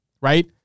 right